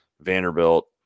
Vanderbilt